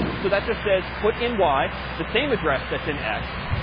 so that just says put in y the same address that's in x.